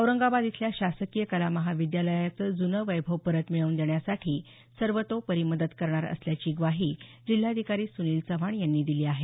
औरंगाबाद इथल्या शासकीय कला महाविद्यालयाचं जुने वैभव परत मिळवून देण्यासाठी सर्वतोपरी मदत करणार असल्याची ग्वाही जिल्हाधिकारी सुनील चव्हाण यांनी दिली आहे